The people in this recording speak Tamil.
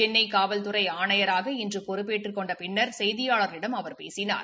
சென்னை காவ்துறை ஆணையராக இன்று பொறுப்பேற்றுக் கொண்ட பின் செய்தியாளர்களிடம் அவர் பேசினார்